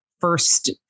first